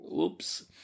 Oops